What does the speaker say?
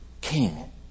king